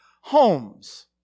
homes